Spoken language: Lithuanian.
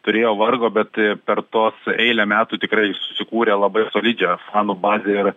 turėjo vargo bet per tuos eilę metų tikrai susikūrė labai solidžią fanų bazę ir